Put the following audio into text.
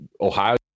ohio